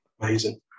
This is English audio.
amazing